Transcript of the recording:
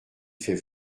fait